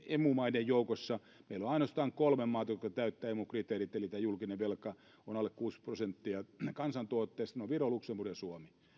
emu maiden joukossa siellä on ainoastaan kolme maata jotka täyttävät emun kriteerit eli joilla tämä julkinen velka on alle kuusikymmentä prosenttia kansantuotteesta ne ovat viro luxemburg ja suomi